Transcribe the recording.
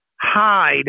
hide